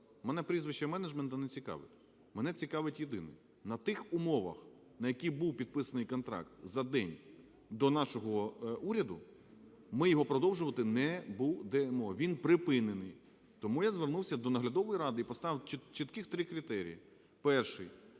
мене прізвища менеджменту не цікавить, мене цікавить єдине: на тих умовах, на яких був підписаний контракт за день до нашого уряду, ми його продовжувати не будемо, він припинений. Тому я звернувся до наглядової ради і поставив чітких три критерії: перший